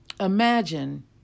Imagine